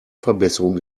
verbesserung